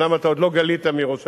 אומנם אתה עוד לא גלית מירושלים,